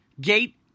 gate